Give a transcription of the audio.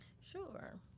Sure